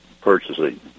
purchasing